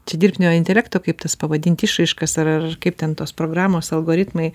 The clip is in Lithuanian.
čia dirbtinio intelekto kaip tas pavadinti išraiškas ar ar kaip ten tos programos algoritmai